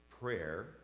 prayer